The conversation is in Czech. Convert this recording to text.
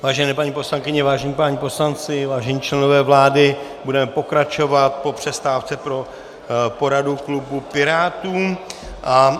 Vážené paní poslankyně, vážení páni poslanci, vážení členové vlády, budeme pokračovat po přestávce pro poradu klubu Pirátů.